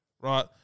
right